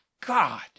god